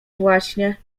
właśnie